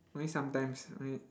only sometimes I